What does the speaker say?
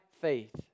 faith